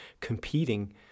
competing